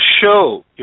show